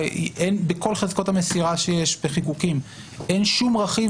אין בכל חזקות המסירה שיש בחיקוקים אין שום רכיב